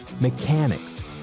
mechanics